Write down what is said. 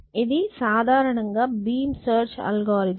ఇది సాధారణంగా beam search algorithm